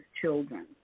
children